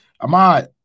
Ahmad